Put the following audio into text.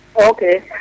Okay